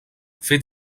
fait